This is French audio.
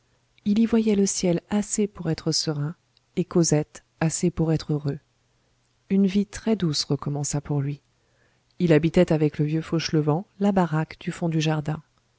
il y voyait le ciel assez pour être serein et cosette assez pour être heureux une vie très douce recommença pour lui il habitait avec le vieux fauchelevent la baraque du fond du jardin